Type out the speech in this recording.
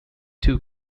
two